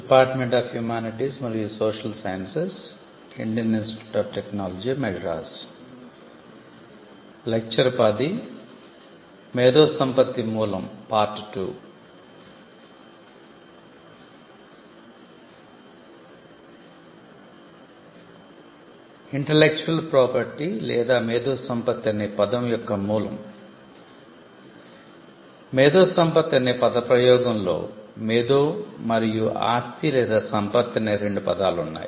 IP లేదా మేధో సంపత్తి అనే పదం యొక్క మూలం మేధో సంపత్తి అనే పద ప్రయోగంలో 'మేధో' మరియు 'ఆస్తిసంపత్తి' అనే రెండు పదాలు ఉన్నాయి